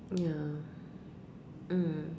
ya mm